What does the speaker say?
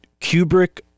Kubrick